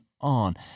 on